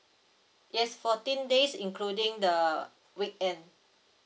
yes fourteen days including the weekend